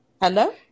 Hello